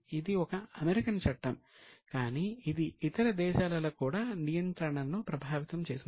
ఇది ఒక అమెరికన్ చట్టం కానీ ఇది ఇతర దేశాలలో కూడా నియంత్రణను ప్రభావితం చేసింది